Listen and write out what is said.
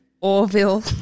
Orville